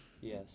Yes